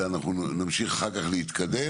אלא אנחנו נמשיך אחר כך להתקדם,